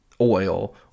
oil